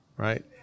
Right